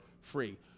free